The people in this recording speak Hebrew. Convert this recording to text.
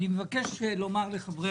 אני מבקש לומר לחברי